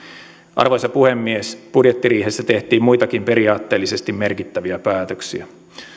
arvoisa puhemies budjettiriihessä tehtiin muitakin periaatteellisesti merkittäviä päätöksiä